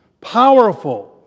powerful